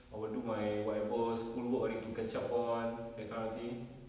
I will do my whatever school work I need to catch up on that kind of thing